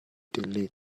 delete